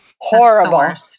horrible